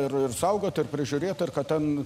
ir ir saugot ir prižiūrėt kad ten